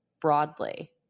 broadly